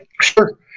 Sure